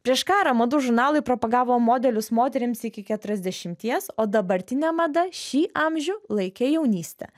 prieš karą madų žurnalai propagavo modelius moterims iki keturiasdešimties o dabartinė mada šį amžių laikė jaunyste